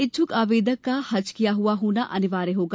इच्छ्क आवेदक का हज किया हुआ होना अनिवार्य होगा